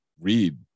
read